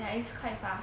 ya is quite far